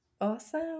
Awesome